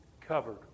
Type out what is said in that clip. covered